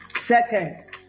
Seconds